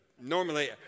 Normally